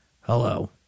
hello